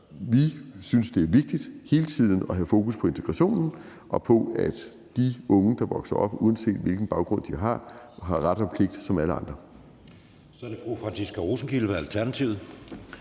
vi synes, at det er vigtigt hele tiden at have fokus på integrationen og på, at de unge, der vokser op, uanset hvilken baggrund de har, har ret og pligt som alle andre. Kl. 19:17 Anden næstformand (Jeppe